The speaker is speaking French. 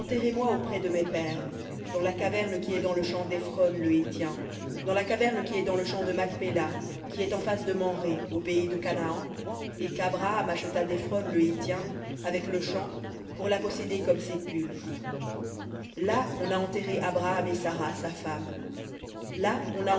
auprès de mes pères dans la caverne qui est dans le champ d'éphron le héthien dans la caverne qui est dans le champ de macpéla qui est en face de mamré au pays de canaan et qu'abraham acheta d'éphron le héthien avec le champ pour la posséder comme sépulcre là on a enterré abraham et sara sa femme là